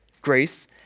Grace